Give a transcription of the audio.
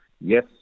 yes